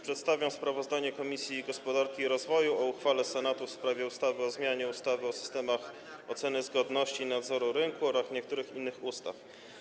Przedstawiam sprawozdanie Komisji Gospodarki i Rozwoju o uchwale Senatu w sprawie ustawy o zmianie ustawy o systemach oceny zgodności i nadzoru rynku oraz niektórych innych ustaw.